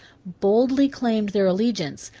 boldly claimed their allegiance,